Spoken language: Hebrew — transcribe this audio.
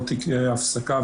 לא תהיה הפסקה,